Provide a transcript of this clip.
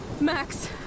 Max